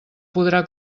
podrà